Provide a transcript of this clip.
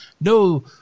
No